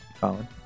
colin